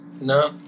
No